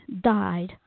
died